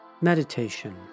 Meditation